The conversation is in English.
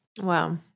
Wow